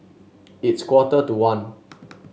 it's quarter to one